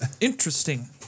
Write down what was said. Interesting